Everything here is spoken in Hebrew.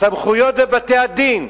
סמכויות לבתי-הדין,